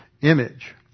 image